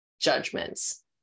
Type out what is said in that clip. judgments